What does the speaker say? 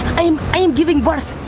i am, i am giving birth.